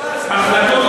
פה.